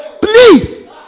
Please